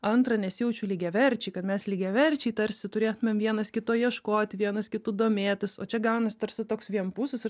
antra nesijaučiu lygiaverčiai kad mes lygiaverčiai tarsi turėtumėm vienas kito ieškot vienas kitu domėtis o čia gaunasi tarsi toks vienpusis ir